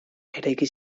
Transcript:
eraiki